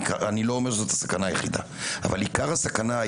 אני לא אומר שזאת הסכנה היחידה היא מגופים,